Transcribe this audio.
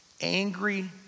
Angry